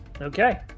Okay